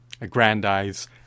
aggrandize